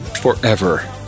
forever